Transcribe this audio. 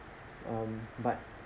um but